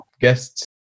guests